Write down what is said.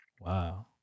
Wow